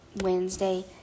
Wednesday